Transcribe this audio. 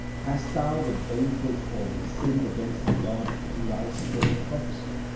hast thou with baneful folly sinned against the gods through thy skill in prophecy?